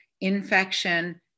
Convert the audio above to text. infection